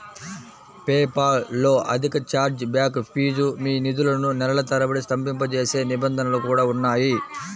PayPal లో అధిక charge back fee, మీ నిధులను నెలల తరబడి స్తంభింపజేసే నిబంధనలు కూడా ఉన్నాయి